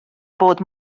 bod